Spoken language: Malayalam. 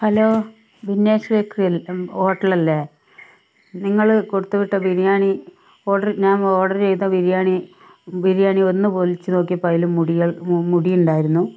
ഹലോ വിഗ്നേഷ് ബേക്കറി അല്ലെ ഉം ഹോട്ടൽ അല്ലെ നിങ്ങള് കൊടുത്തുവിട്ട ബിരിയാണി ഓര്ഡര് ഞാൻ ഓര്ഡര് ചെയ്ത ബിരിയാണി ബിരിയാണി ഒന്ന് പൊളിച്ചു നോക്കിയപ്പോള് അതില് മുടികള് മു മുടി ഉണ്ടായിരുന്നു